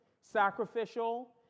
sacrificial